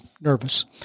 nervous